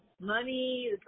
money